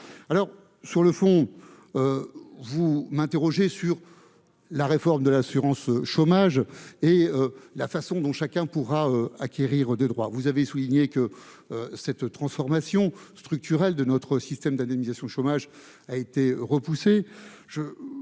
d'euros. Sur le fond, vous m'interrogez sur la réforme de l'assurance chômage et sur la façon dont chacun pourra acquérir des droits. Comme vous l'avez indiqué, cette transformation structurelle de notre système d'indemnisation chômage a été repoussée.